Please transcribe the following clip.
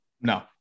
No